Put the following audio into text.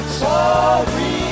sorry